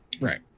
Right